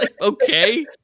Okay